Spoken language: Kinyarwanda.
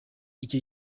icyo